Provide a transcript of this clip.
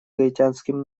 гаитянским